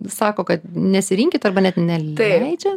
sako kad nesirinkit arba net neleidžia